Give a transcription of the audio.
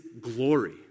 glory